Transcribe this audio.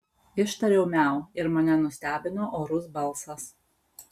ištariau miau ir mane nustebino orus balsas